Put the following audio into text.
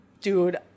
dude